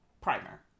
Primer